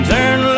Turn